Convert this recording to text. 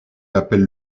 appelle